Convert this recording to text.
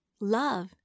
Love